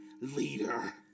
leader